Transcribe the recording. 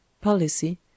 policy